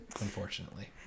unfortunately